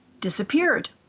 disappeared